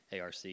ARC